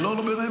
לא, לא ברמז.